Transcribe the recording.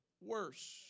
worse